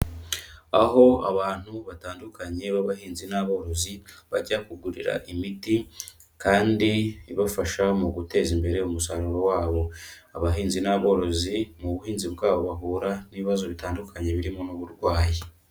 Aho abantu batandukanye b'abahinzi n'aborozi bajya kugurira imiti kandi ibafasha mu guteza imbere umusaruro wabo, abahinzi n'aborozi mu buhinzi bwabo bahura n'ibibazo bitandukanye birimo n'uburwayi.